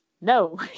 no